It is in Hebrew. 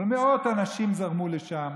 אבל מאות אנשים זרמו לשם.